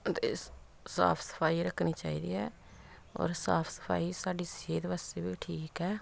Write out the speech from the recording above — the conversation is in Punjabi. ਸਾਫ ਸਫਾਈ ਰੱਖਣੀ ਚਾਹੀਦੀ ਹੈ ਔਰ ਸਾਫ ਸਫਾਈ ਸਾਡੀ ਸਿਹਤ ਵਾਸਤੇ ਵੀ ਠੀਕ ਹੈ